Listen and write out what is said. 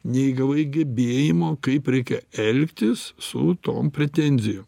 neįgavai gebėjimo kaip reikia elgtis su tom pretenzijom